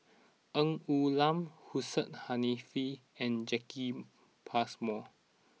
Ng Woon Lam Hussein Haniff and Jacki Passmore